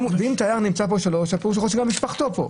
אם תייר נמצא כאן שלוש שנים, גם משפחתו כאן.